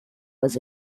was